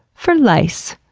for lice.